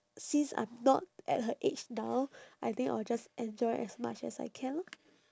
since I'm not at her age now I think I'll just enjoy as much as I can lor